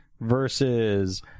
versus